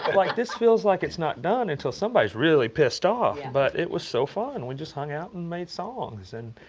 but like this feels like it's not done until somebody is really pissed off. but it was so fun. we just hung out and made songs. and,